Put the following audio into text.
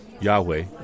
Yahweh